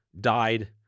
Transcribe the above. died